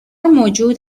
موجود